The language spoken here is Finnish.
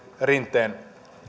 rinteen